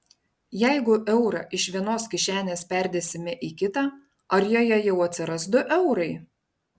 jeigu eurą iš vienos kišenės perdėsime į kitą ar joje jau atsiras du eurai